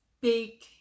big